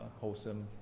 wholesome